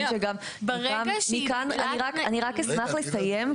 ברגע שהיא רק --- אני רק אשמח לסיים,